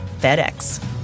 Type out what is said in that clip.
FedEx